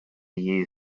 you